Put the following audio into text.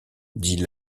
dit